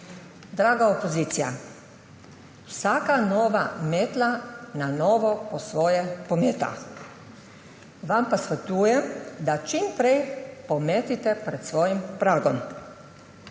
Draga opozicija, vsaka nova metla na novo po svoje pometa. Vam pa svetujem, da čim prej pometete pred svojim pragom.